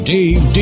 Dave